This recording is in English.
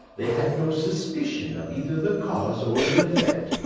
they had no suspicion of either the cause or the effect.